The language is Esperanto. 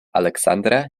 aleksandra